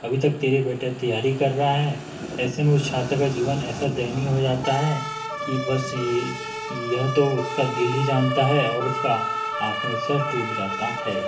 अभी तक तेरे बेटे तैयारी कर रहा है ऐसे में उस छात्र का जीवन ऐसा दयनीय हो जाता है कि बस ये यह तो उसका दिल ही जानता है और उसका आत्मविश्वास टूट जाता है